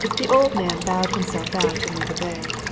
the old man bowed himself out and went away,